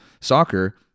soccer